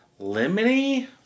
Lemony